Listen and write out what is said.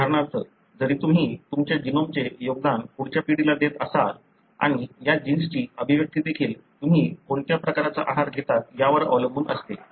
उदाहरणार्थ जरी तुम्ही तुमच्या जीनोमचे योगदान पुढच्या पिढीला देत असाल आणि या जीन्सची अभिव्यक्ती देखील तुम्ही कोणत्या प्रकारचा आहार घेता यावर अवलंबून असते